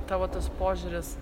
tavo tas požiūris